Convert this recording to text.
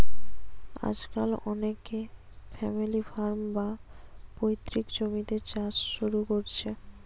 আজকাল অনেকে family farm, বা পৈতৃক জমিতে চাষ শুরু কোরছে